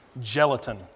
gelatin